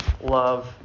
love